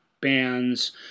bands